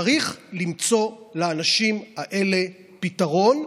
צריך למצוא לאנשים האלה פתרון.